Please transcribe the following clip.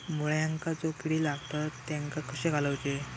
मुळ्यांका जो किडे लागतात तेनका कशे घालवचे?